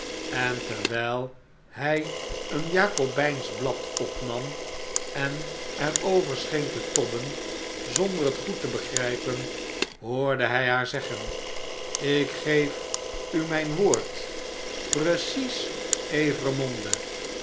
en terwijl hij een jakobijnsch blad opnam en er over scheen te tobben zonder het goed te begrijpen hoorde hij haar zeggen ik geef u mijn woord